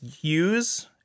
use